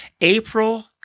April